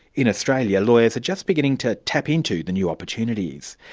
in australia, lawyers are just beginning to tap into the new opportunities.